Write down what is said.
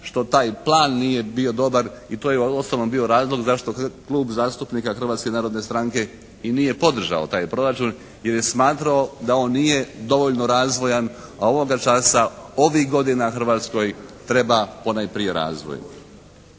što taj plan nije bio dobar. I to je uostalom bio razlog zašto Klub zastupnika Hrvatske narodne stranke i nije podržao taj proračun. Jer je smatrao da on nije dovoljno razvojan. A ovoga časa ovih godina Hrvatskoj treba ponajprije razvoj.